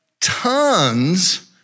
tons